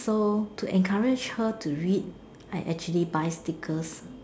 so to encourage her to read I actually buy stickers